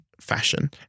fashion